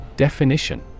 Definition